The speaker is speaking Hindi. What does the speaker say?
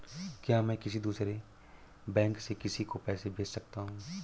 क्या मैं किसी दूसरे बैंक से किसी को पैसे भेज सकता हूँ?